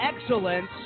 excellence